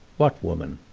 what woman?